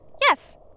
Yes